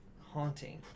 haunting